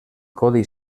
codi